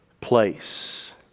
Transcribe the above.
place